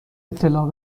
اطلاع